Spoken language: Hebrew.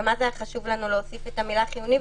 גם אז היה חשוב לנו להוסיף את המילה חיוני.